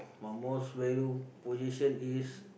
my most valued possession is